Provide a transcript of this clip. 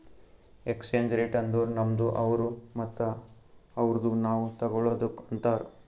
exchange rate ಅಂದುರ್ ನಮ್ದು ಅವ್ರು ಮತ್ತ ಅವ್ರುದು ನಾವ್ ತಗೊಳದುಕ್ ಅಂತಾರ್